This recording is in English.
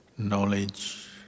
knowledge